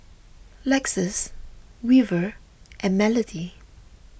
Lexis Weaver and Melodee